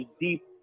deep